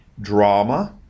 drama